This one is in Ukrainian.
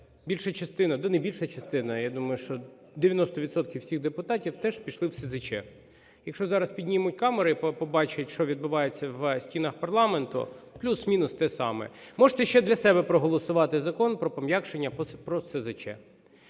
більша частина, та не більша частина, а я думаю, що 90 відсотків всіх депутатів теж пішли б в СЗЧ. Якщо зараз піднімуть камери і побачать, що відбувається в стінах парламенту, плюс, мінус, те саме. Можете ще для себе проголосувати закон про пом'якшення про СЗЧ.